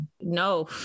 no